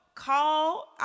Call